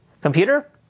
Computer